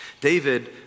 David